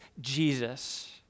Jesus